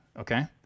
Okay